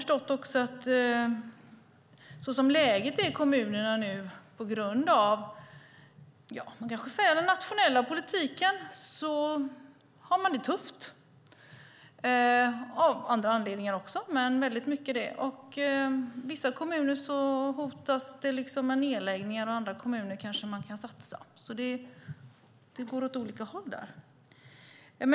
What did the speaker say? Såsom läget är i kommunerna på grund av den nationella politiken har jag förstått att de har det tufft. Det har de även av andra anledningar, men mycket på grund av detta. I vissa kommuner hotas det med nedläggningar, medan man i andra kommuner kanske kan satsa. Det går alltså åt olika håll.